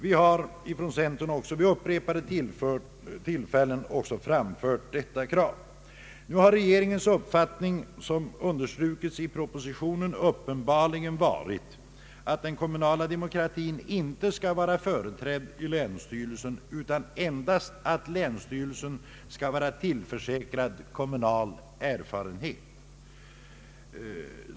Vi har från centern vid upprepade tillfällen framfört också detta krav. Nu har regeringens uppfattning, såsom understrukits i propositionen, uppenbarligen varit att den kommunala demokratin inte skall vara företrädd i länsstyrelsen utan endast att länsstyrelsen skall vara tillförsäkrad kommunal erfarenhet.